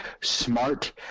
smart